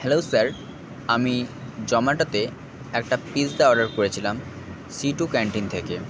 hello sir আমি জোম্যাটোতে একটা পিৎজা অর্ডার করেছিলাম সি টু ক্যান্টিন থেকে